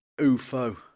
UFO